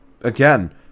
again